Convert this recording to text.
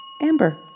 Amber